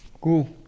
Cool